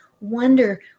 wonder